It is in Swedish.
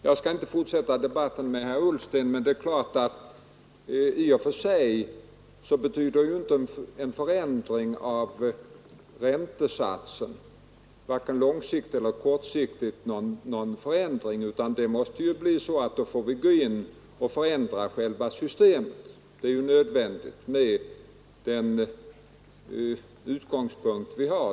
Jag skall inte fortsätta debatten med herr Ullsten, men det är klart att i och för sig betyder det kortsiktigt ingenting med en förändring av räntesatsen, utan då får vi gå in och förändra själva lånesystemet. Det är nödvändigt med den utgångspunkt vi har.